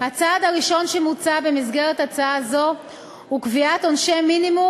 הצעד הראשון שמוצע במסגרת הצעה זו הוא קביעת עונשי מינימום